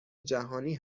جهانی